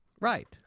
Right